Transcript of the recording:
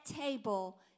table